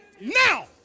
Now